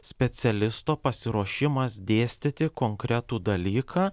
specialisto pasiruošimas dėstyti konkretų dalyką